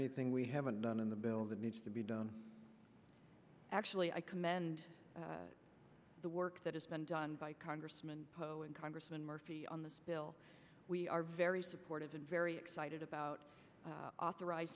anything we haven't done in the bill that needs to be done actually i commend the work that has been done by congressman poe and congressman murphy on this bill we are very supportive and very excited about authoriz